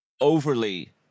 overly